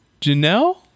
Janelle